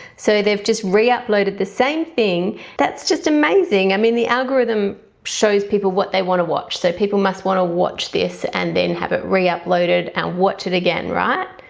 so they've just re-uploaded the same thing that's just amazing i mean the algorithm shows people what they want to watch so people must want to watch this and then have it re-uploaded and watch it again right?